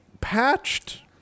patched